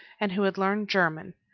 and who had learned german,